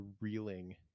reeling